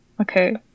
Okay